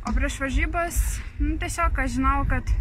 o prieš varžybas tiesiog aš žinojau kad